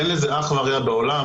אין לזה אח ורע בעולם.